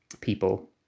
people